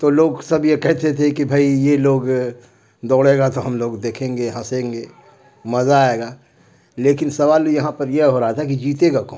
تو لوگ سب یہ کہتے تھے کہ بھائی یہ لوگ دوڑے گا تو ہم لوگ دیکھیں گے ہنسیں گے مزہ آئے گا لیکن سوال یہاں پر یہ ہو رہا تھا کہ جیتے گا کون